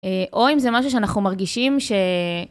אה... או אם זה משהו, שאנחנו מרגישים ש...